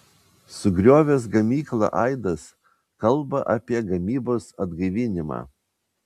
sugriovęs gamyklą aidas kalba apie gamybos atgaivinimą